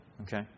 Okay